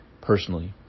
personally